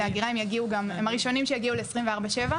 האגירה הם יהיו הראשונים שיגיעו ל-24/7.